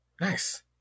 Nice